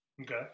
Okay